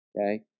Okay